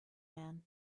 man